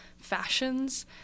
fashions